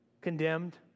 condemned